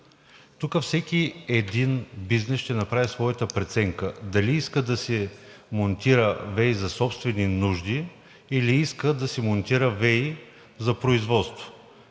Тук всеки един бизнес ще направи своята преценка дали иска да си монтира ВЕИ за собствени нужди, или иска да си монтира ВЕИ за производство.